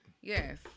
Yes